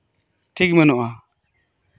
ᱴᱷᱤᱠ ᱵᱟᱹᱱᱩᱜᱼᱟ